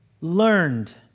learned